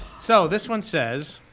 so this one says,